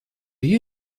you